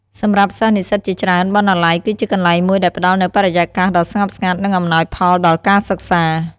សម្រាប់សិស្សនិស្សិតជាច្រើន បណ្ណាល័យ គឺជាកន្លែងមួយដែលផ្តល់នូវបរិយាកាសដ៏ស្ងប់ស្ងាត់ និងអំណោយផលដល់ការសិក្សា។